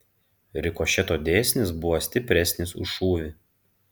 rikošeto dėsnis buvo stipresnis už šūvį